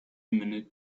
minute